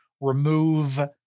remove